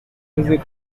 kwivuza